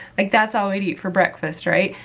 like that's all we'd eat for breakfast, right,